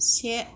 से